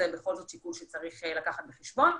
זה בכל זאת שיקול שצריך לקחת בחשבון.